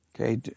Okay